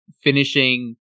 finishing